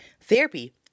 therapy